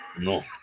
No